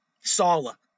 Sala